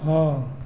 हाँ